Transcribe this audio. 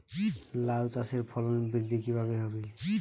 লাউ চাষের ফলন বৃদ্ধি কিভাবে হবে?